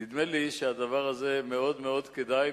נדמה לי שהדבר הזה מאוד מאוד כדאי,